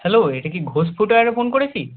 hello এটা কি ঘোষ ফুটওয়ারে ফোন করেছি